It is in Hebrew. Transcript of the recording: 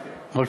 את הערר,